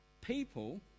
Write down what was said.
people